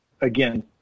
again